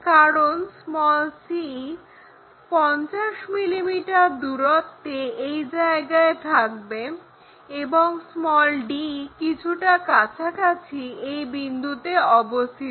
কারণ c 50 mm দূরত্বে এই জায়গায় থাকবে এবং d কিছুটা কাছাকাছি এই বিন্দুতে অবস্থিত